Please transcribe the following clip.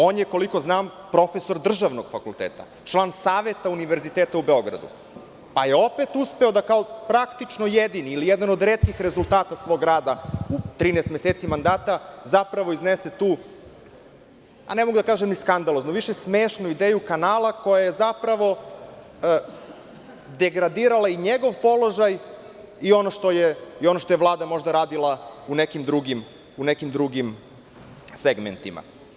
On je koliko znam profesor državnog fakulteta, član Saveta univerziteta u Beogradu, pa je opet uspeo da kao praktično jedini ili jedan od retkih rezultata svog rada u trinaest meseci mandata zapravo iznese tu, ne mogu da kažem ni skandalozno, više smešno ideju kanala koja je zapravo degradirala i njegov položaj i ono što je Vlada možda radila u nekim drugim segmentima.